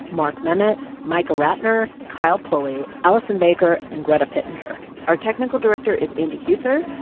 mark memmott, micah ratner, kyle pulley, allison baker and greta pittenger our technical director is andy huether.